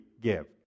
give